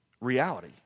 reality